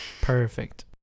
Perfect